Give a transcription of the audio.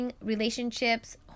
relationships